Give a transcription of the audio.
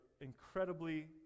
incredibly